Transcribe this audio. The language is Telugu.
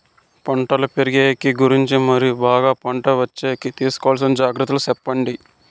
పంటలు పెరిగేకి గురించి మరియు బాగా పంట వచ్చేకి తీసుకోవాల్సిన జాగ్రత్త లు సెప్పండి?